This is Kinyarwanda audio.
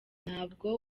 ntabwo